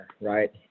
right